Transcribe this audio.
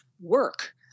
work